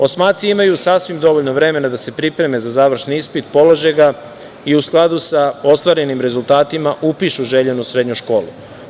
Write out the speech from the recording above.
Osmaci imaju sasvim dovoljno vremena da se pripreme za završni ispit i polože ga i u skladu sa ostvarenim rezultatima upišu željenu srednju školu.